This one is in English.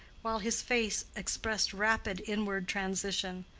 while his face expressed rapid inward transition.